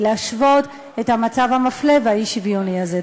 להשוות את המצב המפלה והאי-שוויוני הזה.